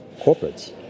corporates